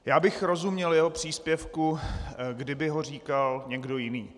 Já bych rozuměl jeho příspěvku, kdyby ho říkal někdo jiný.